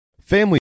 Family